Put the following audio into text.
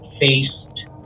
faced